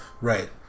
right